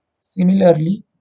Similarly